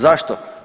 Zašto?